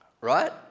right